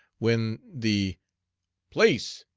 when the place,